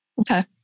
Okay